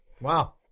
Wow